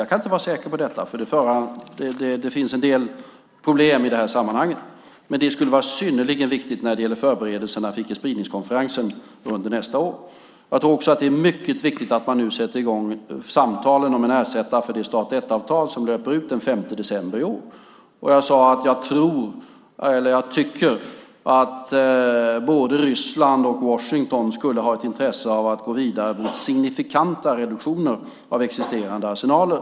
Jag kan inte vara säker på detta, för det finns en del problem i sammanhanget, men det skulle vara synnerligen viktigt för förberedelserna för icke-spridningskonferensen nästa år. Jag tror också att det är mycket viktigt att man nu sätter i gång samtalen om en ersättning för Start 1-avtalet, som löper ut den 5 december i år. Jag sade också att jag tycker att både Ryssland och USA skulle ha intresse av att gå vidare med signifikanta reduktioner av existerande arsenaler.